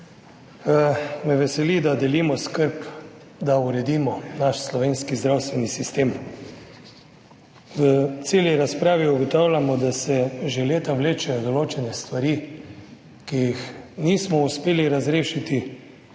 Veseli me, da delimo skrb, da uredimo naš slovenski zdravstveni sistem. V celi razpravi ugotavljamo, da se že leta vlečejo določene stvari, ki jih nismo uspeli razrešiti.